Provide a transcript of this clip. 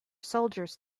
soldiers